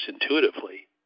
intuitively